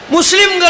Muslim